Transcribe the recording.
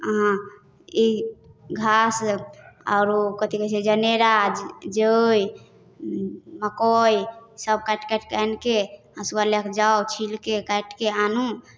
अहाँ ई घास आओर कथी कहै छै जनेराज जइ मकइसब काटि काटिके आनिके हँसुआ लऽ कऽ जाउ छिलिके काटिके आनू